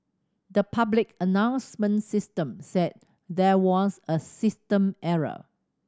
the public announcement system said there was a system error